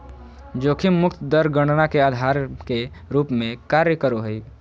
जोखिम मुक्त दर गणना के आधार के रूप में कार्य करो हइ